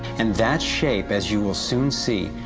and that shape, as you will soon see,